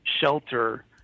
shelter